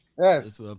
Yes